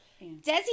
desi